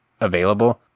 available